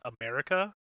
America